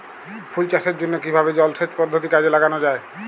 ফুল চাষের জন্য কিভাবে জলাসেচ পদ্ধতি কাজে লাগানো যাই?